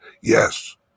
Yes